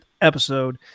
episode